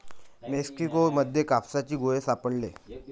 Mexico मध्ये कापसाचे गोळे सापडले